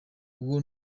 uwo